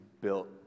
built